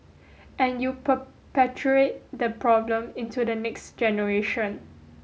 and you perpetuate the problem into the next generation